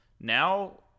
now